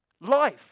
life